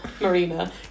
marina